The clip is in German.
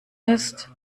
ist